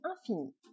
infini